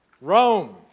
Rome